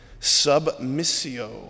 Submissio